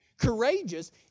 Courageous